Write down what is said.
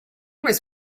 was